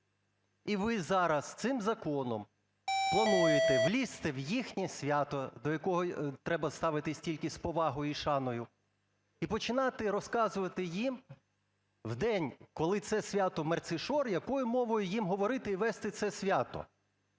І ви зараз цим законом плануєте влізти в їхнє свято, до якого треба ставитись тільки з повагою і шаною, і починати розказувати їм в день, коли це свято Мерцішор, якою мовою їм говорити і вести це свято.